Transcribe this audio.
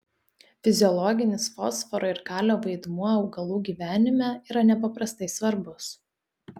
fiziologinis fosforo ir kalio vaidmuo augalų gyvenime yra nepaprastai svarbus